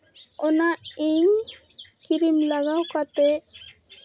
ᱚᱱᱟ ᱤᱧ ᱠᱨᱤᱢ ᱞᱟᱜᱟᱣ ᱠᱟᱛᱮᱫ